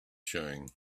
showing